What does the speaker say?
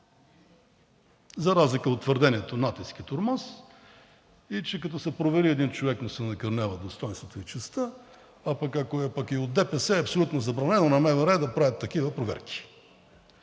За разлика от твърдението натиск и тормоз и че като се провери един човек, му се накърнява достойнството и честта, ако пък и е от ДПС, е абсолютно забранено на МВР да правят такива проверки.